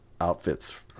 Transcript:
outfits